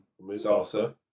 salsa